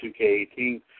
2K18